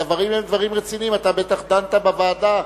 הדברים הם דברים רציניים, אתה בטח דנת בוועדה.